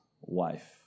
wife